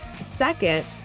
Second